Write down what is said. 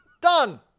Done